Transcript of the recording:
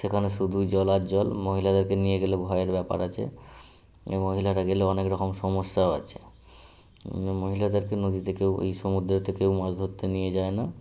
সেখানে শুধু জলার জল মহিলাদেরকে নিয়ে গেলে ভয়ের ব্যাপার আছে এই মহিলারা গেলে অনেক রকম সমস্যাও আছে মহিলাদেরকে নদীতে কেউ এই সমুদ্রেতে কেউ মাছ ধরতে নিয়ে যায় না